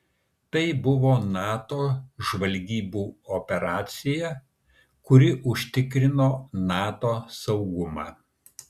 tai buvo nato žvalgybų operacija kuri užtikrino nato saugumą